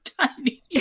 tiny